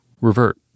revert